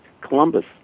Columbus